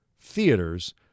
theaters